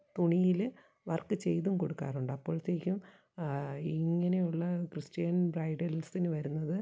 തുണിയിൽ വർക്ക് ചെയ്തും കൊടുക്കാറുണ്ട് അപ്പോഴത്തേക്കും ഇങ്ങനെയുള്ള ക്രിസ്ത്യൻ ബ്രൈഡൽസിന് വരുന്നത്